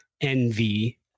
envy